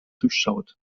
durchschaut